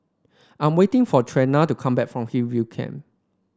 I'm waiting for Trena to come back from Hillview Camp